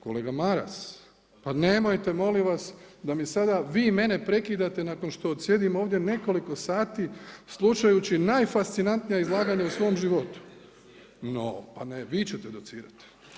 Kolega Maras, pa nemojte molim vas da vi sada mene prekidate nakon što odsjedim ovdje nekoliko sati, slušajući najfascinantnija izlaganja u svom životu. … [[Upadica Maras, ne razumije se.]] No, pa ne, vi ćete docirati.